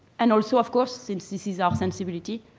and also of course, since this is our sensibility,